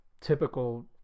typical